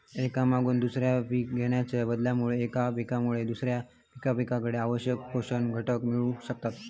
एका मागून दुसरा पीक घेणाच्या बदलामुळे एका पिकामुळे दुसऱ्या पिकाक आवश्यक पोषक घटक मिळू शकतत